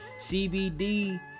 CBD